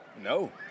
No